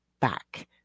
back